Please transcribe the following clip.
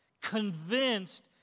convinced